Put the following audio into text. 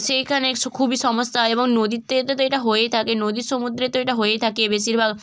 সেইখানে স খুবই সমস্যা হয় এবং নদীতে তো এটা হয়েই থাকে নদী সমুদ্রে তো এটা হয়েই থাকে বেশিরভাগ